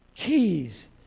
keys